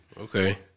Okay